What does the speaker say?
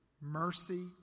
mercy